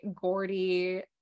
Gordy